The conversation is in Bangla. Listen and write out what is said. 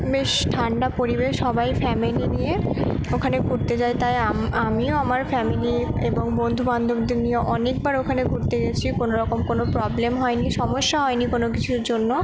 বেশ ঠান্ডা পরিবেশ সবাই ফ্যামেলি নিয়ে ওখানে ঘুরতে যায় তাই আমিও আমার ফ্যামিলি এবং বন্ধু বান্ধবদের নিয়ে অনেকবার ওখানে ঘুরতে গেছি কোনো রকম কোনো প্রবলেম হয় নি সমস্যা হয় নি কোনো কিছুর জন্য